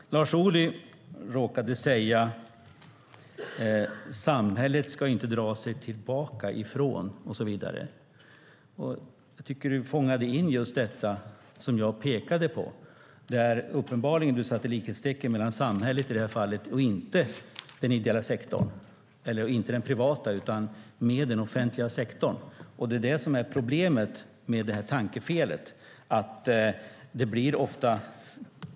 Fru talman! Lars Ohly råkade säga att "samhället" inte ska dra sig tillbaka från vissa uppgifter. Jag tycker att han fångade in just det som jag pekade på. Uppenbarligen satte han i det här fallet likhetstecken mellan samhället och den offentliga sektorn och undantog därmed den ideella och den privata sektorn. Det är det här som är problemet med detta tankefel.